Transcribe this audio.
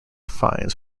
finds